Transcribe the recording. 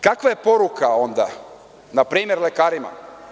Kakva je poruka onda, na primer, lekarima?